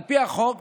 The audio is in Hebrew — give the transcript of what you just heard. על פי החוק,